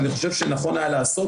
ואני חושב שנכון היה לעשות.